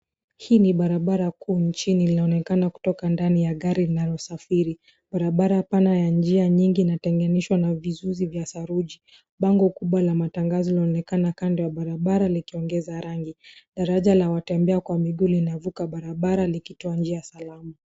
Hii ni barabara kuu nchini linaonekana kutoka ndani ya gari linalosafiri. Barabara pana ya njia nyingi inatenganishwa na vizuizi vya saruji. Bango kubwa la matangazo linaonekana kando ya barabara likiongeza rangi. Daraja la watembea kwa miguu linavuka barabara likitoa njia salama.